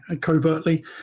covertly